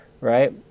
right